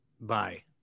Bye